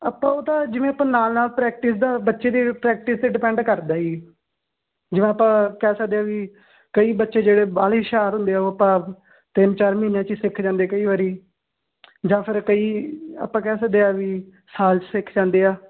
ਆਪਾਂ ਉਹ ਤਾਂ ਜਿਵੇਂ ਆਪਾਂ ਨਾਲ ਨਾਲ ਪ੍ਰੈਕਟਿਸ ਦਾ ਬੱਚੇ ਦੇ ਪ੍ਰੈਕਟਿਸ 'ਤੇ ਡਿਪੈਂਡ ਕਰਦਾ ਜੀ ਜਿਵੇ ਆਪਾਂ ਕਹਿ ਸਕਦੇ ਹਾਂ ਬਈ ਕਈ ਬੱਚੇ ਜਿਹੜੇ ਬਾਹਲੇ ਹੀ ਹੁਸ਼ਿਆਰ ਹੁੰਦੇ ਆ ਉਹ ਭਾਵ ਤਿੰਨ ਚਾਰ ਮਹੀਨਿਆਂ 'ਚ ਹੀ ਸਿਖ ਜਾਂਦੇ ਕਈ ਜਾ ਫਿਰ ਕਈ ਆਪਾਂ ਕਹਿ ਸਕਦੇ ਹਾਂ ਸਾਲ 'ਚ ਸਿੱਖ ਜਾਂਦੇ ਆ